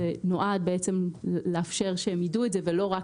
זה נועד לאפשר שהם ידעו את זה ולא רק